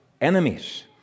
enemies